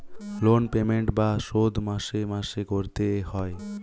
loan payment বা শোধ মাসে মাসে করতে এ হয়